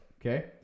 okay